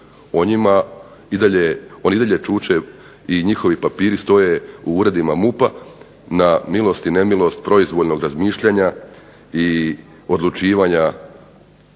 oni i dalje čuče i njihovi papiri stoje u uredima MUP-a na milost i nemilost proizvoljnog razmišljanja i odlučivanja